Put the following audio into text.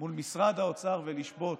מול משרד האוצר ולשבות,